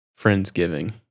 Friendsgiving